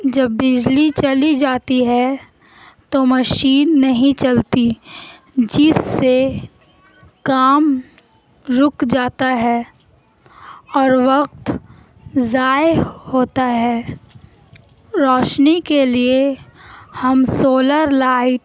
جب بجلی چلی جاتی ہے تو مشین نہیں چلتی جس سے کام رک جاتا ہے اور وقت ضائع ہوتا ہے روشنی کے لیے ہم سولر لائٹ